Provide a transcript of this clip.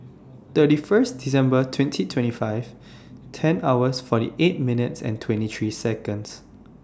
thirty First December twenty twenty five ten hours forty eight minutes and twenty three Seconds